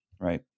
right